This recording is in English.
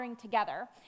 together